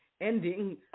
Ending